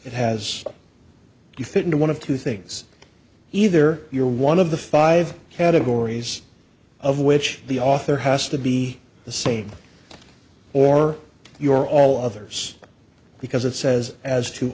it has to fit into one of two things either you're one of the five categories of which the author has to be the same or your all others because it says as to